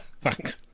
Thanks